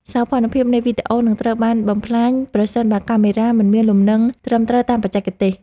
សោភ័ណភាពនៃវីដេអូនឹងត្រូវបានបំផ្លាញប្រសិនបើកាមេរ៉ាមិនមានលំនឹងត្រឹមត្រូវតាមបច្ចេកទេស។